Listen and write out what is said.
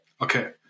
Okay